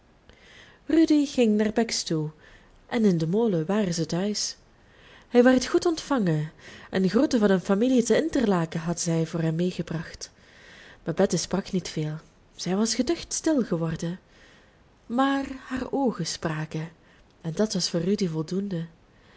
ging naar bex toe en in den molen waren zij te huis hij werd goed ontvangen en groeten van hun familie te interlaken hadden zij voor hem meegebracht babette sprak niet veel zij was geducht stil geworden maar haar oogen spraken en dat was voor rudy voldoende